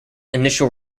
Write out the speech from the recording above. initial